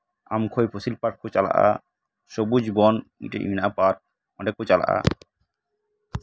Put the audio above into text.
ᱟᱢᱠᱷᱳᱭ fossil park ᱠᱚ ᱪᱟᱞᱟᱜᱼᱟ ᱥᱚᱵᱩᱡ ᱵᱚᱱ ᱢᱮᱱᱟᱜᱼᱟ ᱢᱤᱫᱴᱮᱱ ᱯᱟᱨᱠ ᱚᱱᱰᱮ ᱠᱚ ᱪᱟᱞᱟᱜᱼᱟ